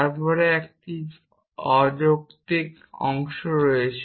তারপরে একটি অযৌক্তিক অংশ রয়েছে